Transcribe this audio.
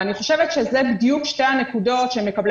ואני חושבת שאלה בדיוק שתי הנקודות שמקבלי